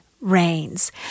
reigns